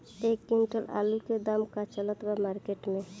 एक क्विंटल आलू के का दाम चलत बा मार्केट मे?